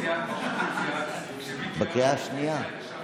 בקריאה שנייה,